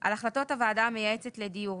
על החלטות הוועדה המייעצת לדיור,